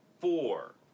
four